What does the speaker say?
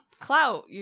clout